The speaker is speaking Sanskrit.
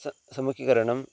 सः समुखीकरणं